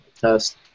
test